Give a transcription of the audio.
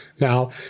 now